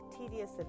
tedious